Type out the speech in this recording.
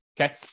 Okay